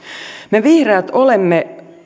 me vihreät olemme